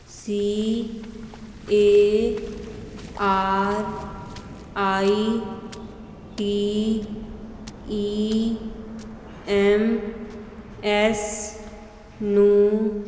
C A R I T E M S ਨੂੰ